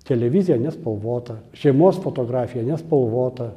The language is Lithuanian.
televizija nespalvota šeimos fotografija nespalvota